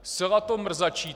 Zcela to mrzačíte.